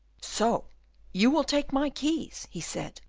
so you will take my keys? he said,